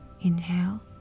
inhale